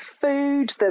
food